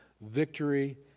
victory